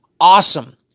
Awesome